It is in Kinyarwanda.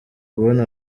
kubona